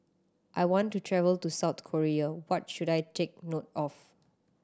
I want to travel to South Korea what should I take note of